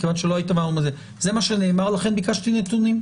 מכיוון שלא היית זה מה שנאמר ולכן ביקשתי נתונים,